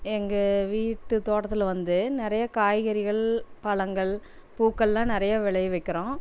எங்கள் வீட்டு தோட்டத்தில் வந்து நிறைய காய்கறிகள் பழங்கள் பூக்கள் எல்லாம் நிறையா விளைய வைக்கிறோம்